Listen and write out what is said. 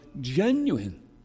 genuine